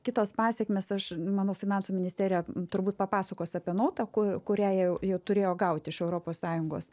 kitos pasekmės aš manau finansų ministerija turbūt papasakos apie nautą ku kurią jau turėjo gauti iš europos sąjungos